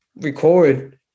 record